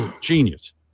Genius